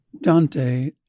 Dante